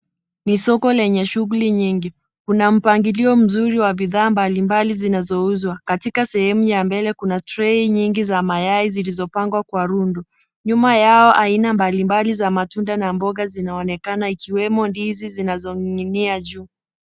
Ni soko lenye shughuli nyingi, Kuna mpangilio mzuri wa bidhaa mbalimbali zinazouzwa, katika sehemu ya mbele kuna tray za mayai zilizopangwa kwa rundo, nyuma yao aina mbalimbali za matunda na mboga zinaonekana ikiwemo ndizi zinazong'inia juu.